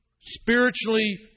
spiritually